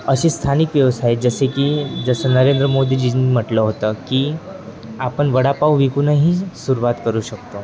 अशी स्थानिक व्यवसाय जसे की जसं नरेंद्र मोदीजींनी म्हटलं होतं की आपण वडापाव विकूनही सुरवात करू शकतो